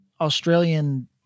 Australian